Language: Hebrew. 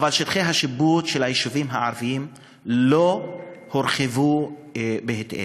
אבל שטחי השיפוט של היישובים הערביים לא הורחבו בהתאם.